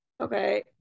Okay